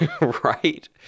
Right